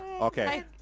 Okay